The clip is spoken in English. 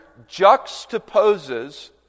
juxtaposes